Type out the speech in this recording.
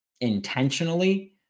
intentionally